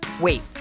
Wait